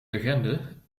legende